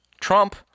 Trump